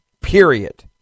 Period